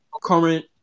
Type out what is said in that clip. current